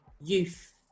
youth